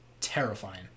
terrifying